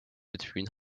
between